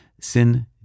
Sin